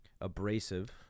abrasive